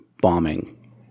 bombing